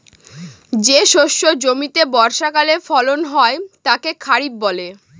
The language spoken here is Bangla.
যে শস্য জমিতে বর্ষাকালে ফলন হয় তাকে খরিফ বলে